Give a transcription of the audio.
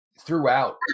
throughout